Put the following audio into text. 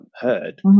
heard